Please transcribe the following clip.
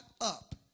up